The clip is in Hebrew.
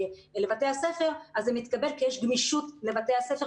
זה מתקבל כי יש גמישות לבתי הספר,